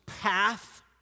path